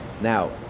Now